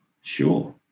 Sure